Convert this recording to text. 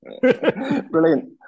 brilliant